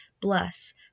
bless